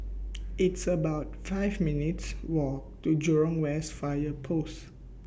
It's about five minutes' Walk to Jurong West Fire Post